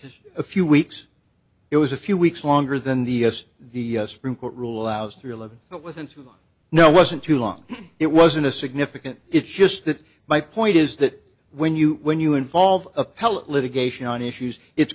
is a few weeks it was a few weeks longer than the the supreme court rule out the thrill of it was into no wasn't too long it wasn't a significant it's just that my point is that when you when you involve litigation on issues it's